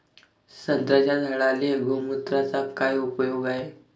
संत्र्याच्या झाडांले गोमूत्राचा काय उपयोग हाये?